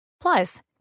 Plus